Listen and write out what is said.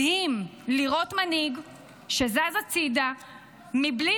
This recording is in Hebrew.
מדהים לראות מנהיג שזז הצידה מבלי